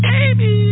Baby